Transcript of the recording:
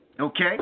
okay